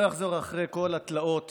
לא אחזור על כל התלאות